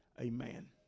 Amen